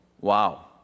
Wow